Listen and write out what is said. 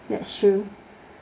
that's true